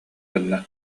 гынна